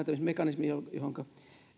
sääntelemismekanismi johonka